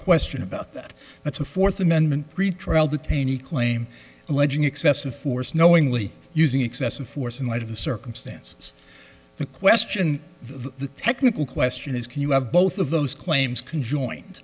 question about that that's a fourth amendment pretrial the taney claim alleging excessive force knowingly using excessive force in light of the circumstances the question the technical question is can you have both of those claims can join